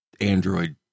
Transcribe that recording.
Android